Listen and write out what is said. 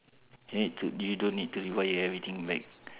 you need to you don't need to rewire everything back